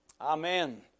amen